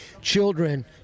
children